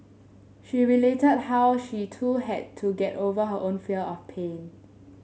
she related how she too had to get over her own fear of pain